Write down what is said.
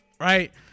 right